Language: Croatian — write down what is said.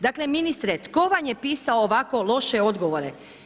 Dakle ministre, tko vam je pisao ovako loše odgovore?